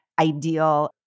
ideal